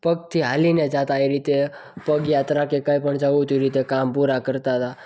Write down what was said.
પગથી ચાલીને જતાં એ રીતે પગયાત્રા કે કંઈ જવું હોય તો એ રીતે કામ પૂરાં કરતા હતા